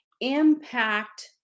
impact